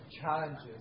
challenges